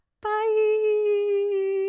Bye